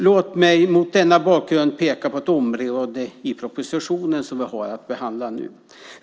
Låt mig mot denna bakgrund peka på ett område i propositionen som vi nu behandlar.